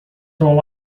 all